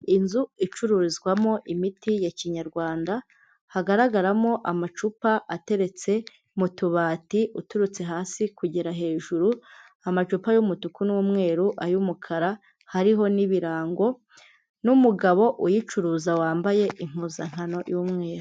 Inzu icururizwamo imiti ya kinyarwanda, hagaragaramo amacupa ateretse mu tubati uturutse hasi kugera hejuru, amacupa y'umutuku n'umweru, ay'umukara, hariho n'ibirango n'umugabo uyicuruza wambaye impuzankano y'umweru.